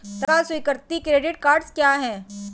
तत्काल स्वीकृति credit cards क्या हैं?